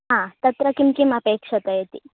हा तत्र किं किम् अपेक्षते इति